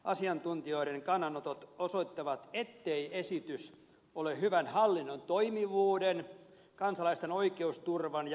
asiantuntijoiden kannanotot osoittavat ettei esitys ole hyvän hallinnon toimivuuden kansalaisten oikeusturvan eikä palvelujen saatavuuden kannalta hyvä